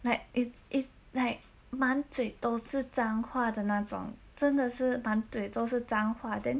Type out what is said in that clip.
like it is like 满嘴都是脏话的那种真的是满嘴都是脏话 then